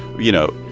you know,